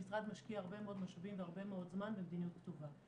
המשרד משקיע הרבה מאוד משאבים והרבה מאוד זמן במדיניות כתובה.